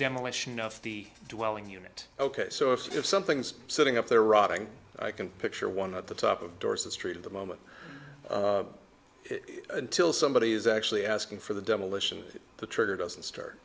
demolition of the dwelling unit ok so if something's sitting up there rotting i can picture one at the top of dorset street at the moment until somebody is actually asking for the demolition the trigger doesn't start